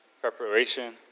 preparation